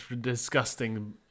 disgusting